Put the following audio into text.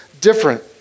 different